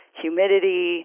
humidity